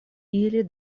ili